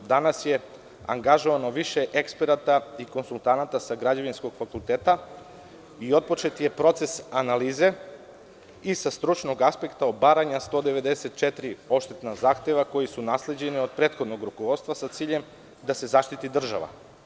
Danas je angažovano više eksperata i konsultanata sa Građevinskog fakulteta i otpočet je proces analize i sa stručnog aspekta obaranja 194 odštetna zahteva koji su nasleđeni od prethodnog rukovodstva, sa ciljem da se zaštiti država.